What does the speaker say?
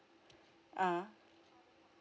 ah